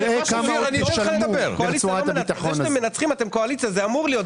זה שאתם מנצחים אתם קואליציה וזה אמור להיות כך.